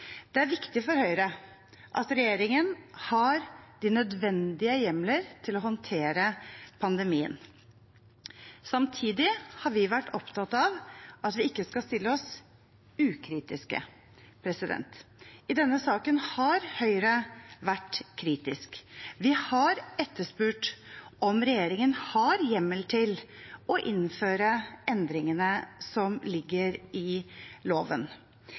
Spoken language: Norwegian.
Det er viktig for Høyre at regjeringen har de nødvendige hjemler til å håndtere pandemien. Samtidig har vi vært opptatt av at vi ikke skal stille oss ukritiske. I denne saken har Høyre vært kritisk. Vi har etterspurt om regjeringen har hjemmel til å innføre endringene som ligger i loven.